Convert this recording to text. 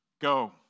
Go